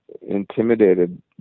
intimidated